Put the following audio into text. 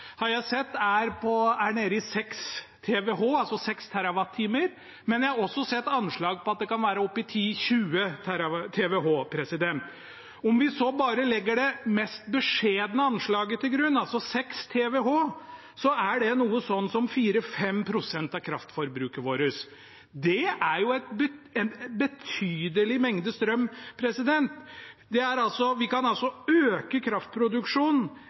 er nede i 6 TWh. Men jeg har også sett anslag på at de kan være oppe i 10–20 TWh. Om vi så bare legger det mest beskjedne anslaget til grunn, altså 6 TWh, er det noe sånt som 4–5 pst. av kraftforbruket vårt. Det er en betydelig mengde strøm. Vi kan altså øke kraftproduksjonen